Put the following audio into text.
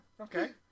Okay